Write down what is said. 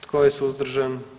Tko je suzdržan?